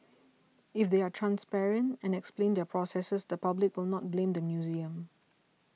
if they are transparent and explain their processes the public will not blame the museum